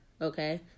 Okay